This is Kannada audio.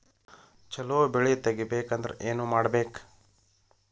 ಛಲೋ ಬೆಳಿ ತೆಗೇಬೇಕ ಅಂದ್ರ ಏನು ಮಾಡ್ಬೇಕ್?